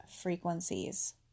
frequencies